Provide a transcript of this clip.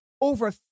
over